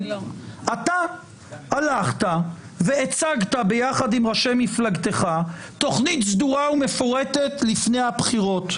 אתה הלכת והצגת ביחד עם ראשי מפלגתך תכנית סדורה ומפורטת לפני הבחירות.